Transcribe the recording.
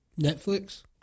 Netflix